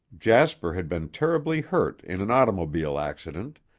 jasper had been terribly hurt in an automobile accident,